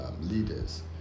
leaders